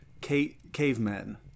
cavemen